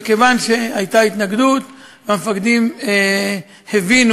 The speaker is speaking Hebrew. כיוון שהייתה התנגדות והמפקדים הבינו